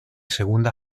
segunda